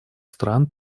стран